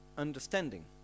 understanding